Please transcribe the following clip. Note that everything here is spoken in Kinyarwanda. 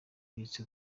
minsi